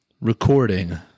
recording